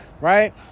right